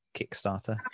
kickstarter